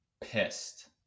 pissed